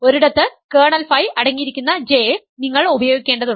ഒരിടത്ത് കേർണൽ ഫൈ അടങ്ങിയിരിക്കുന്ന J നിങ്ങൾ ഉപയോഗിക്കേണ്ടതുണ്ട്